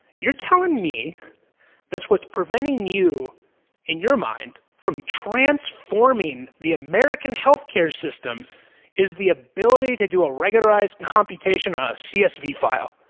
you're telling me that's what preventing you in your mind from transforming the american healthcare system is the ability to do a regularized computation on a csv file,